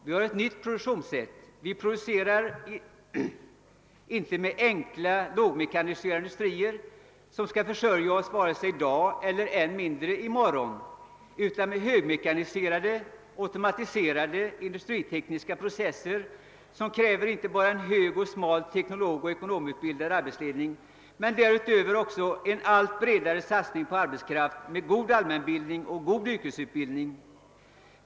Vi har ett nytt produktionssätt; enkla, lågmekaniserade industrier skall inte försörja oss i dag och än mindre i morgon utan högmekaniserade, automatiserade industritekniska processer, som kräver inte endast en hög och smal topp av teknologoch ekonomutbildad arbetsledning utan dessutom en allt bredare satsning på arbetskraft med god allmänbildning och god yrkesutbildning.